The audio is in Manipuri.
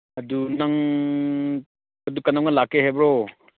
ꯑꯗꯨ ꯅꯪ ꯑꯗꯨ ꯀꯩꯗꯧꯉꯩ ꯂꯥꯛꯀꯦ ꯍꯥꯏꯕ꯭ꯔꯣ